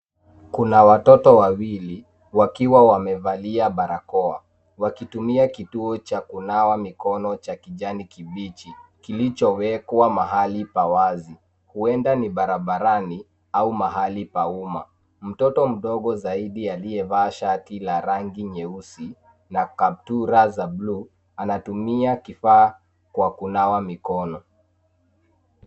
Kuna watoto wawili wakiwa wamevalia barakoa, wakitumia kituo cha kunawa mikono cha kijani kibichi kilichowekwa mahali pa wazi, huenda ni barabarani au mahali pa umma. Mtoto mdogo zaidi aliyevaa shati la rangi nyeusi la kaptura za bluu anatumia kifaa kwa kunawa mikono.